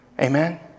Amen